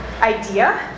idea